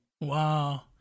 Wow